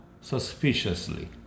suspiciously